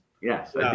Yes